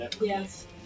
Yes